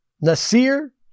Nasir